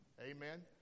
Amen